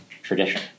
tradition